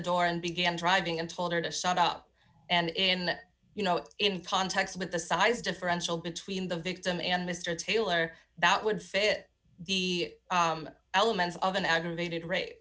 door and began driving and told her to shut up and in that you know in pontiac's with the size differential between the victim and mr taylor that would fit the elements of an aggravated ra